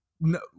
no